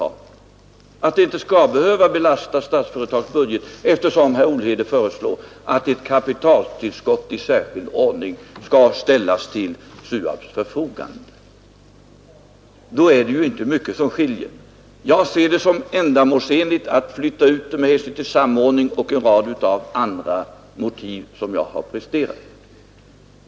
Han anser inte heller att det skall behöva belasta Statsföretags budget, eftersom han föreslår att ett kapitaltillskott i särskild ordning skall ställas till SUAB:s förfogande. Då är det ju inte mycket som skiljer. Jag ser det som ändamålsenligt att flytta ut Utvecklingsbolaget med hänsyn till samordning och av en rad andra skäl som jag redovisat.